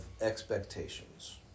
expectations